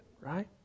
right